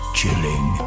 chilling